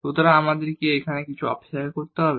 সুতরাং আমাদের কি এখানে একটু অপেক্ষা করতে হবে